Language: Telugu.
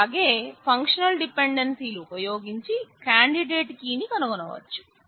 అలాగే ఫంక్షనల్ డిపెండెన్సీ ని కనుగొనవచ్చు